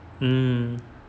mm